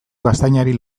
gaztainari